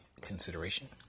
consideration